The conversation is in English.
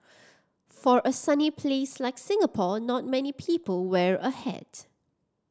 for a sunny place like Singapore not many people wear a hat